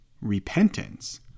repentance